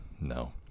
no